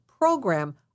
program